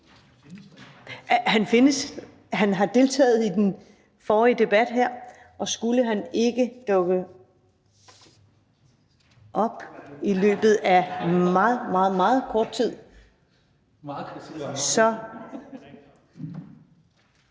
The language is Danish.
han har deltaget i den forrige debat her, men skulle han ikke dukke op i løbet af meget, meget kort tid, så